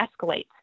escalates